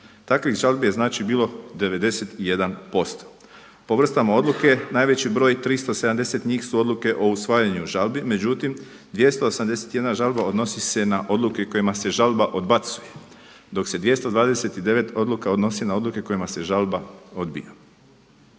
Takvih žalbi je znači bilo 91%. Po vrstama odluke najveći broj 370 njih su odluke o usvajanju žalbi, međutim 281 žalba odnosi se na odluke kojima se žalba odbacuje dok se 229 odluka odnosi na odluke kojima se žalba odbija.